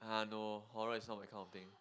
!huh! no horror is not my kind of thing